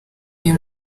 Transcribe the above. uyu